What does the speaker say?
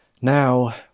Now